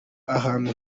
ahantu